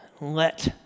let